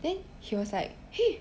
then he was like !hey!